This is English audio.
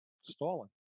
Stalling